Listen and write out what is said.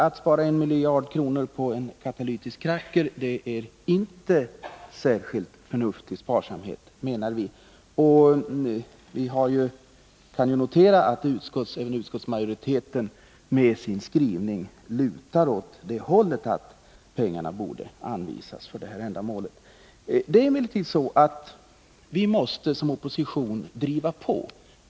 Att spara 1 miljard kronor på en katalytisk kracker är enligt vår mening inte särskilt förnuftigt. Det kan noteras att även utskottsmajoriteten i sin skrivning lutar åt att pengarna borde anvisas för det här ändamålet. Det är emellertid så, att vi som opposition måste driva på.